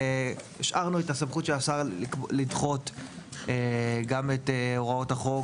השארנו את הסמכות של השר לדחות גם את הוראות החוק,